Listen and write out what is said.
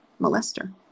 molester